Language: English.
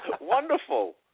Wonderful